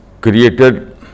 created